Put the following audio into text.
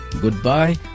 Goodbye